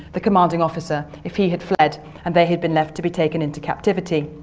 the commanding officer, if he had fled and they had been left to be taken into captivity.